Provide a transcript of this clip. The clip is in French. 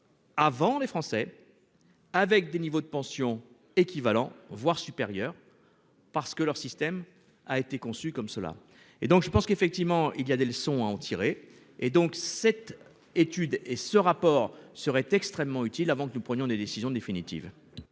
Avant les Français. Avec des niveaux de pension équivalent voire supérieur. Parce que leur système a été conçu comme cela et donc je pense qu'effectivement il y a des leçons à en tirer. Et donc cette étude. Et ce rapport serait extrêmement utile avant que nous prenions des décisions définitives.